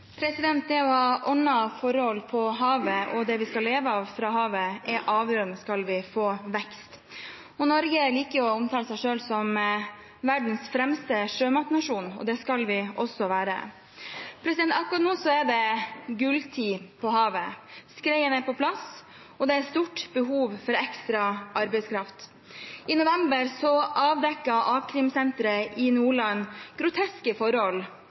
Det å ha ordnede forhold på havet og det vi skal leve av fra havet, er avgjørende om vi skal få vekst. Vi liker å omtale Norge som verdens fremste sjømatnasjon – og det skal vi også være. Akkurat nå er det gulltid på havet. Skreien er på plass, og det er stort behov for ekstra arbeidskraft. I november avdekket a-krimsenteret i Nordland groteske forhold